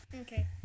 Okay